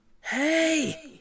hey